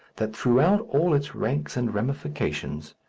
that throughout all its ranks and ramifications,